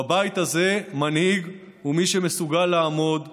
בבית הזה מנהיג הוא מי שמסוגל לעמוד ולומר: